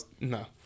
no